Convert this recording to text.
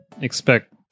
expect